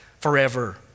forever